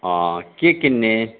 के किन्ने